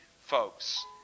folks